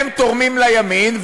הם תורמים לימין,